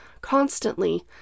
constantly